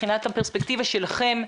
שלכם.